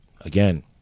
again